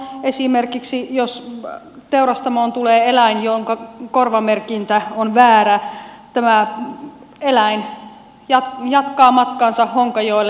esimerkiksi jos teurastamoon tulee eläin jonka korvamerkintä on väärä tämä eläin jatkaa matkaansa honkajoelle